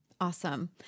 Awesome